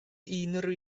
unrhyw